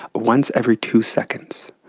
once every two seconds.